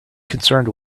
concerned